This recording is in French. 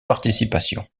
participations